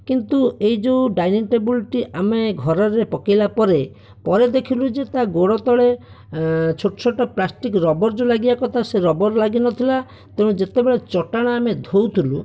କିନ୍ତୁ ଏହି ଯେଉଁ ଡାଇନିଂ ଟେବୁଲଟି ଆମେ ଘରରେ ପକେଇଲା ପରେ ପରେ ଦେଖିଲୁ ଯେ ତା' ଗୋଡ଼ ତଳେ ଏ ଛୋଟଛୋଟ ପ୍ଲାଷ୍ଟିକ ରବର ଯେଉଁ ଲାଗିବା କଥା ସେ ରବର ଲାଗିନଥିଲା ତେଣୁ ଯେତେବେଳେ ଚଟାଣ ଆମେ ଧୋଉଥିଲୁ